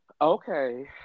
okay